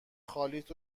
خالیت